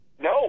No